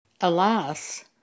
Alas